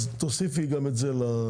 אז תוסיפי גם את זה לעניין.